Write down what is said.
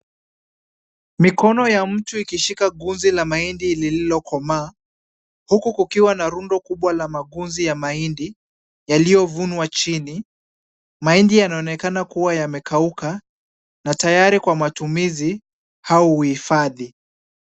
Mikono ya mtu ikishika gunzi ya mahindi lililokomaa, huku kukiwa na rundo kubwa la magunzi ya mahindi yaliyovunwa chini. Mahindi yanaonekana kuwa yamekauka na tayari kwa matumizi au uhifadhi.